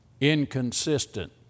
inconsistent